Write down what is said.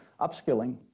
upskilling